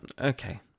okay